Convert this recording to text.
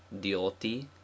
dioti